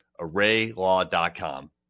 ArrayLaw.com